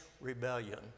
rebellion